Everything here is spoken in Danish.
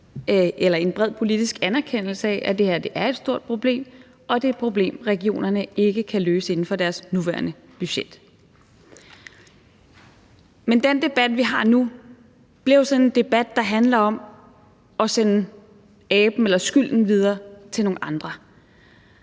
der er en bred politisk anerkendelse af, at det her er et stort problem, og at det er et problem, regionerne ikke kan løse inden for deres nuværende budget. Men den debat, vi har nu, bliver jo sådan en debat, der handler om at sende skylden videre til nogle andre.